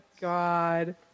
God